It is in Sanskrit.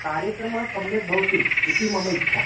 कार्यक्रमः सम्यक् भवतु इति मम इच्छा